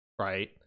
right